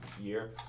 year